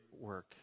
work